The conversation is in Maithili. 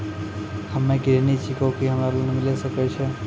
हम्मे गृहिणी छिकौं, की हमरा लोन मिले सकय छै?